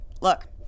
Look